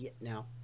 now